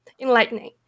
enlightening